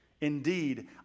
Indeed